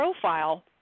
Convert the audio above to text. profile